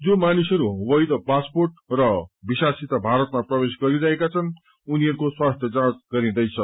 जो मानिसहरू वैध पासर्पोट र भिसासित भारतमा प्रवेश गरिरहेका छन् उनीहरूको स्वास्थ्य जाँच गरिंदैछ